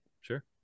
sure